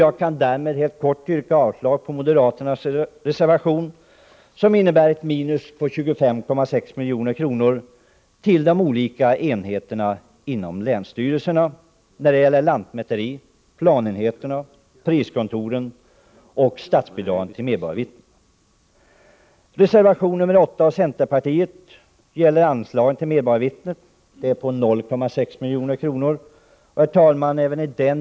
Jag kan helt kort yrka avslag på moderaternas reservation, som innebär ett minus på 25,6 milj.kr. till länsstyrelsernas olika enheter — lantmäteri, planenheter, priskontor och statsbidrag till medborgarvittnen. Centerreservationen 8 gäller ett anslag på 0,6 milj.kr. till medborgarvittnen.